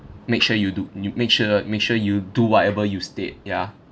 make sure you do you make sure make sure you do whatever you state ya